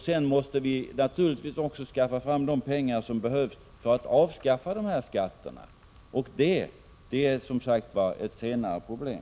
Sedan måste vi naturligtvis också försöka skaffa fram de pengar som behövs för avskaffande av vissa skatter, men det är ett senare problem.